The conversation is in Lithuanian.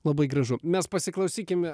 labai gražu mes pasiklausykime